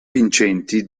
vincenti